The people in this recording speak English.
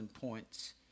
points